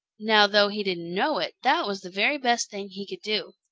now, though he didn't know it, that was the very best thing he could do.